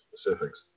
specifics